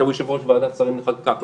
עכשיו, הוא יושב-ראש ועדת השרים לחקיקה.